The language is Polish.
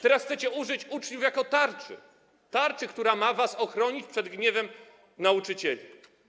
Teraz chcecie użyć uczniów jako tarczy, która ma was ochronić przed gniewem nauczycieli.